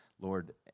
Lord